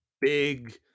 big